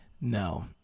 no